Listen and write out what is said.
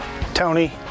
Tony